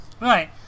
Right